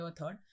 third